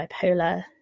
bipolar